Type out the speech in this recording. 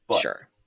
Sure